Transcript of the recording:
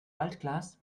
altglas